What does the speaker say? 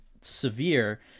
severe